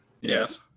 Yes